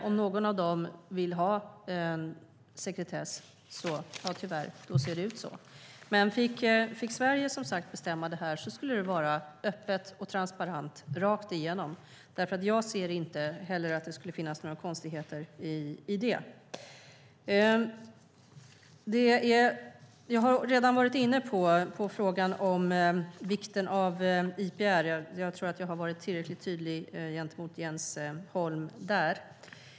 Om någon av dem vill ha sekretess blir det tyvärr så. Men om Sverige som sagt fick bestämma skulle det vara öppet och transparent rakt igenom. Jag ser inte heller att det skulle finnas några konstigheter i det. Jag har redan varit inne på frågan om vikten av IPR. Jag tror att jag har varit tillräckligt tydlig mot Jens Holm där.